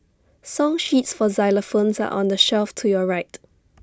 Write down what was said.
song sheets for xylophones are on the shelf to your right